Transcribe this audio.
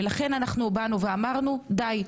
לכן אמרנו: די.